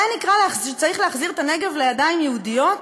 זה נקרא שצריך להחזיר את הנגב לידיים יהודיות?